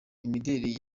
imideli